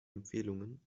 empfehlungen